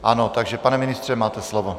Ano, takže pane ministře, máte slovo.